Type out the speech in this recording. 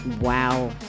Wow